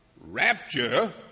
rapture